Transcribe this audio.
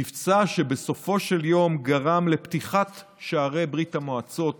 מבצע שבסופו של יום גרם לפתיחת שערי ברית המועצות